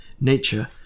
nature